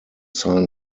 sign